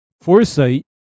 foresight